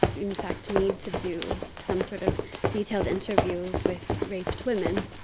in fact, need to do some sort of detailed interview with raped women.